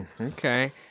okay